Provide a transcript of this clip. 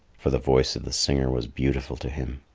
for the voice of the singer was beautiful to him.